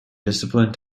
discipline